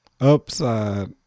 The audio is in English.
Upside